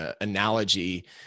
analogy